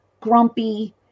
grumpy –